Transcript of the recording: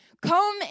Come